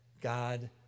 God